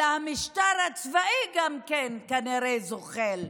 אלא המשטר הצבאי גם כן כנראה זוחל,